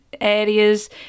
areas